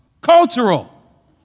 Cultural